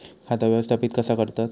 खाता व्यवस्थापित कसा करतत?